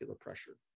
pressure